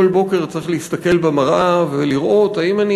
כל בוקר צריך להסתכל במראה ולראות: האם אני